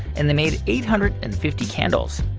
and they made eight hundred and fifty candles.